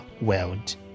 world